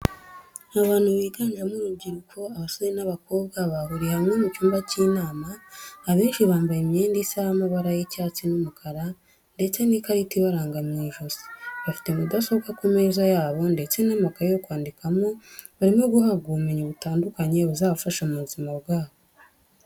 Abantu biganjemo urubyiruko abasore n'abakobwa bahuriye hamwe mu cyumba cy'inama, abenshi bambaye imyenda isa y'amabara y'icyatsi n'umukara ndetse n'ikarita ibaranga mu ijosi bafite mudasobwa ku meza yabo ndetse n'amakaye yo kwandikamo, barimo guhabwa ubumenyi butandukanye buzabafasha mu buzima bwabo.